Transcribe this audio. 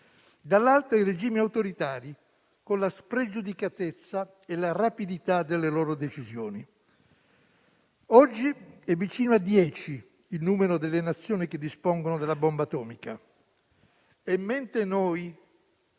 dall'altra, i regimi autoritari, con la spregiudicatezza e la rapidità delle loro decisioni. Oggi è vicino a dieci il numero delle nazioni che dispongono della bomba atomica e, mentre noi